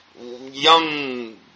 young